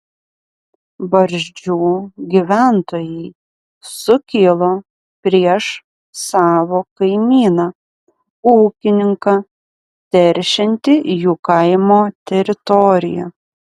barzdžių gyventojai sukilo prieš savo kaimyną ūkininką teršiantį jų kaimo teritoriją